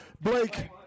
blake